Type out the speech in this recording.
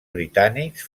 britànics